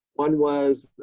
one was